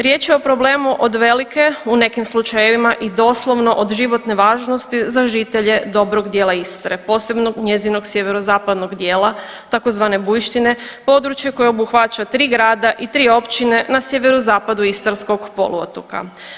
Riječ je o problemu od velike, u nekim slučajevima i doslovno od životne važnosti za žitelje dobrog dijela Istre, posebno njezinog sjeverozapadnog dijela, tzv. Bujštine, područje koje obuhvaća 3 grada i 3 općine na sjeverozapadu istarskog poluotoka.